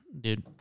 dude